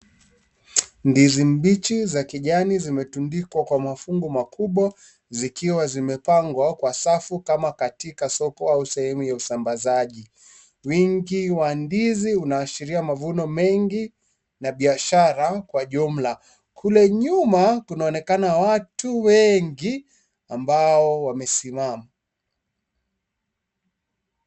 Ndizi mbichi za kijani zimetundikwa kwa mafungu makubwa zikiwa zimepangwa kwa safu kama katika soko ama sehemu ya usambazaji. Wingi wa ndizi unaashiria mavuno mengi na biashara kwa jumla. Kule nyuma kunaonekana watu wengi ambao wamesimama.